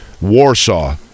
Warsaw